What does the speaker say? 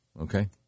okay